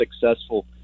successful